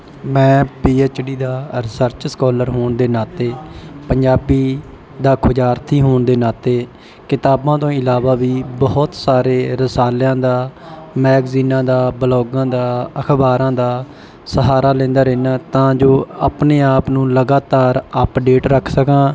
ਮੈਂ P H D ਦਾ research scholar ਹੋਣ ਦੇ ਨਾਤੇ ਪੰਜਾਬੀ ਦਾ ਖੋਜਾਰਥੀ ਹੋਣ ਦੇ ਨਾਤੇ ਕਿਤਾਬਾਂ ਤੋਂ ਇਲਾਵਾ ਵੀ ਬਹੁਤ ਸਾਰੇ ਰਸਾਲਿਆਂ ਦਾ ਮੈਗਜ਼ੀਨਾਂ ਦਾ ਬਲੋਗਾਂ ਦਾ ਅਖ਼ਬਾਰਾਂ ਦਾ ਸਹਾਰਾ ਲੈਂਦਾ ਰਹਿੰਦਾ ਤਾਂ ਜੋ ਆਪਣੇ ਆਪ ਨੂੰ ਲਗਾਤਾਰ ਅੱਪਡੇਟ ਰੱਖ ਸਕਾਂ